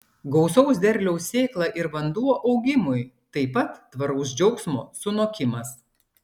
gausaus derliaus sėkla ir vanduo augimui taip pat tvaraus džiaugsmo sunokimas